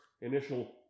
initial